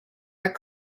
our